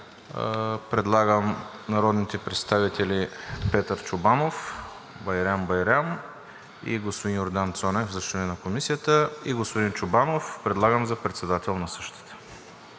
предлагам народните представители Петър Чобанов, Байрам Байрам и господин Йордан Цонев за членове на Комисията. Господин Чобанов предлагам за председател на същата,